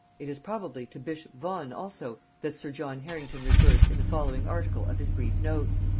it is probably to bishop vaughan also that sir john harrington refers in the following article of his brief notes.